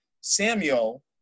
Samuel